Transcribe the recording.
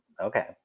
okay